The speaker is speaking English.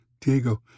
Diego